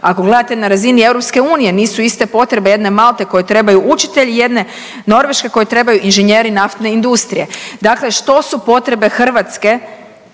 Ako gledate na razini EU nisu iste potrebe jedne Malte kojoj trebaju učitelji, jedne Norveške kojoj trebaju inženjeri naftne industrije. Dakle, što su potrebe Hrvatske